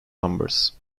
numbers